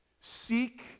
seek